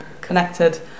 connected